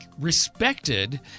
respected